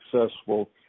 successful